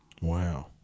Wow